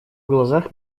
глазах